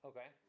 Okay